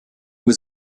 was